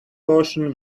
ocean